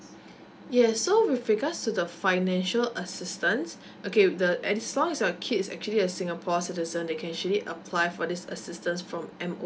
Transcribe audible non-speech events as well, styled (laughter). (breath) yes so with regards to the financial assistance okay the as long as your kid is actually a singapore citizen they can actually apply for this assistance from M_O